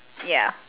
ya